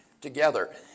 together